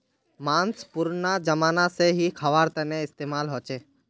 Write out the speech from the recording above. माँस पुरना ज़माना से ही ख्वार तने इस्तेमाल होचे